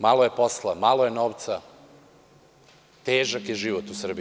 Malo je posla, malo je novca, težak je život u Srbiji.